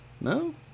No